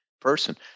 person